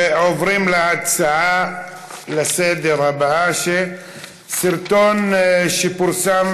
ועוברים להצעה לסדר-היום הבאה: סרטון שפורסם